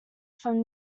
from